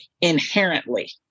inherently